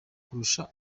kurusha